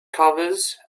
covers